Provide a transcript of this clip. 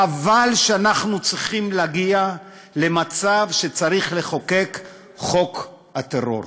חבל שאנחנו צריכים להגיע למצב שצריך לחוקק את חוק הטרור,